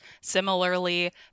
similarly